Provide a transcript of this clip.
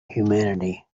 humanity